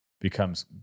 becomes